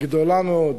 גדולה מאוד.